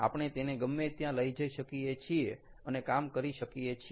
આપણે તેને ગમે ત્યાં લઈ જઈ શકીએ છીએ અને કામ કરી શકીએ છીએ